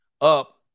up